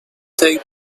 take